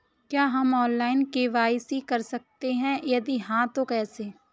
क्या हम online KYC कर सकते हैं यदि हाँ तो कैसे?